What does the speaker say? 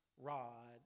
rod